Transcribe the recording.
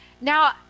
Now